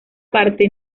parte